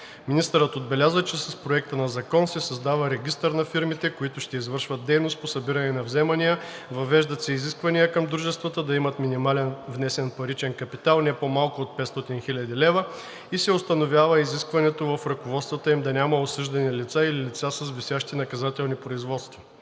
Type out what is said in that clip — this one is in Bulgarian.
Министърът отбеляза, че с Проекта на закон се създава регистър на фирмите, които ще извършват дейност по събиране на вземания, въвеждат се изисквания към дружествата да имат минимален внесен паричен капитал не по-малко от 500 000 лв. и се установява изискването в ръководствата им да няма осъждани лица или лица с висящи наказателни производства.